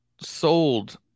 sold